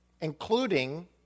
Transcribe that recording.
including